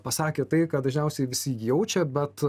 pasakė tai ką dažniausiai visi jaučia bet